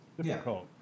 difficult